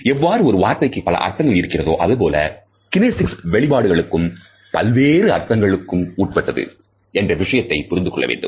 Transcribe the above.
எவ்வாறு ஒரு வார்த்தைக்கு பல அர்த்தங்கள் இருக்கிறதோ அதுபோல கினேசிக்ஸ் வெளிப்பாடுகளும் பல்வேறு அர்த்தங்களுக்கு உட்பட்டது என்ற விஷயத்தைப் புரிந்துகொள்ளவேண்டும்